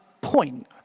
point